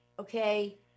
Okay